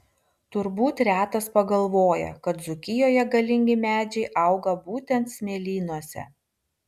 turbūt retas pagalvoja kad dzūkijoje galingi medžiai auga būtent smėlynuose